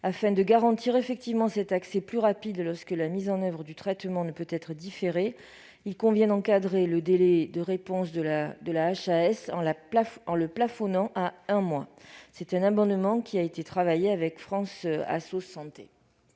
Afin de garantir effectivement cet accès plus rapide lorsque la mise en oeuvre du traitement ne peut être différée, il convient d'encadrer le délai de réponse de la HAS en le plafonnant à un mois. Cet amendement est issu d'un travail avec l'organisation